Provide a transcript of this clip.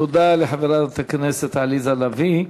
תודה לחברת הכנסת עליזה לביא.